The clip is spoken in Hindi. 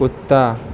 कुत्ता